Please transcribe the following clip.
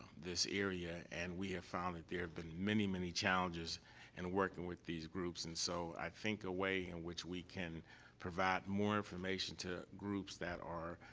this area, and we have found that there have been many, many challenges in working with these groups. and so, i think a way in which we can provide more information to groups that are,